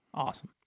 Awesome